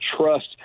trust